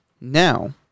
Now